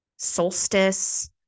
solstice